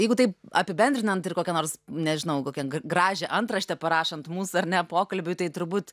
jeigu taip apibendrinant ir kokią nors nežinau kokią gražią antraštę parašant mūsų ar ne pokalbiui tai turbūt